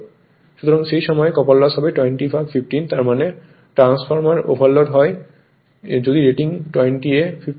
সুতরাং সেই সময় কপার লস হবে 20 ভাগ 15 তার মানে ট্রান্সফরমার ওভারলোড হয় যদি রেটিং 20 এ 15 হয়